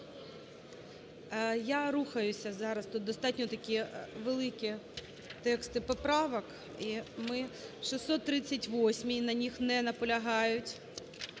Я рухаюся, зараз. Тут достатньо такі великі тексти поправок, і ми… 638-й, на ній не наполягають.